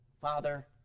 Father